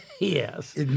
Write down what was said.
Yes